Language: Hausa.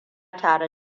tare